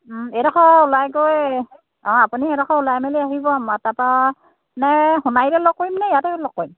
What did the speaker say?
এইডোখৰ ওলাই গৈ অঁ আপুনি এইডোখৰ ওলাই মেলি আহিব তাৰপৰা নে সোণাৰিতে লগ কৰিমনে ইয়াতে লগ কৰিম